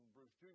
Bruce